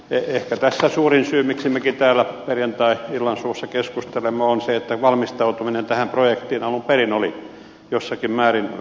ehkä tässä suurin syy miksi mekin täällä perjantai illansuussa keskustelemme on se että valmistautuminen tähän projektiin alun perin oli jossakin määrin puutteellista